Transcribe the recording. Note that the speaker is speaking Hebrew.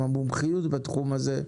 עם מומחיות בתחום הזה,